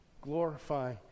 glorify